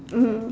mmhmm